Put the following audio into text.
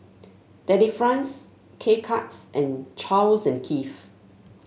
Delifrance K Cuts and Charles and Keith